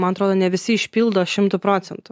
man atrodo ne visi išpildo šimtu procentų